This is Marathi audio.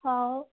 हो